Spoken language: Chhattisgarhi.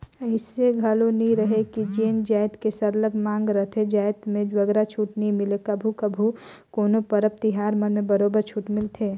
अइसे घलो नी रहें कि जेन जाएत के सरलग मांग रहथे ते जाएत में बगरा छूट नी मिले कभू कभू कोनो परब तिहार मन म बरोबर छूट मिलथे